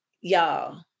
y'all